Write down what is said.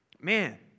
man